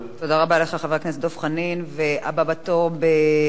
הבא בתור בהבעת עמדה הוא חבר הכנסת מיכאל בן-ארי,